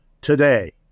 today